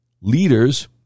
Leaders